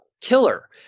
killer